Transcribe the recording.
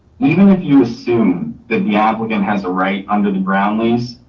even if you assume that the applicant has a right under the ground lease,